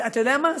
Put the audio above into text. אתה יודע מה,